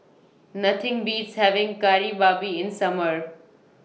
Nothing Beats having Kari Babi in Summer